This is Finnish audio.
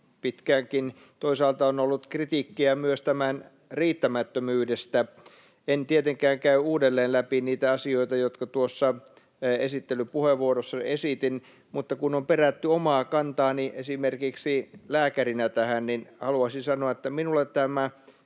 pitkäänkin, toisaalta on ollut kritiikkiä myös tämän riittämättömyydestä. En tietenkään käy uudelleen läpi niitä asioita, jotka tuossa esittelypuheenvuorossani esitin, mutta kun on perätty omaa kantaani esimerkiksi lääkärinä tähän, niin haluaisin sanoa, että minulle tämä